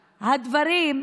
היושב-ראש,